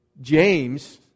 james